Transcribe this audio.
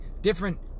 different